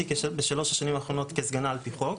בשלוש השנים האחרונות שימשתי כסגנה על פי חוק.